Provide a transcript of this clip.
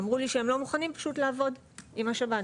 אמרו לי שהם לא מוכנים פשוט לעבוד עם השב"ן,